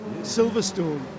Silverstone